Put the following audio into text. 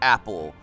Apple